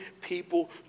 people